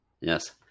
Yes